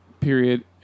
Period